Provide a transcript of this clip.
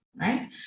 right